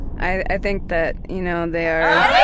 i think that you know they're